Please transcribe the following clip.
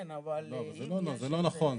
לא, אבל זה לא נכון.